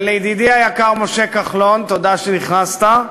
ולידידי היקר משה כחלון, תודה שנכנסת,